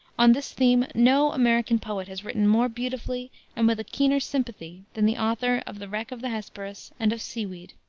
on this theme no american poet has written more beautifully and with a keener sympathy than the author of the wreck of the hesperus and of seaweed.